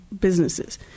businesses